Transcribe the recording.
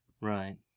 Right